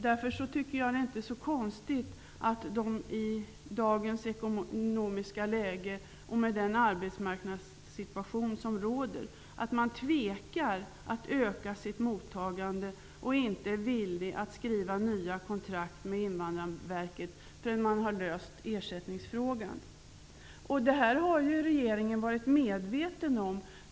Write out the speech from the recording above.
Därför är det inte så konstigt att de i dagens ekonomiska läge, och med den arbetsmarknadssituation som råder, tvekar när det gäller att öka mottagandet och inte är villiga att skriva nya kontrakt med Invandrarverket förrän ersättningsfrågan är löst. Detta har regeringen varit medveten om.